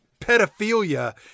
pedophilia